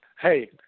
hey